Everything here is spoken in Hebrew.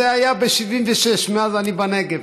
זה היה ב-1976, מאז אני בנגב.